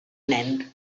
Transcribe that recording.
nen